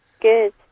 good